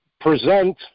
present